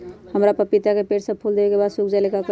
हमरा पतिता के पेड़ सब फुल देबे के बाद सुख जाले का करी?